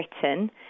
Britain